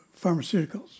pharmaceuticals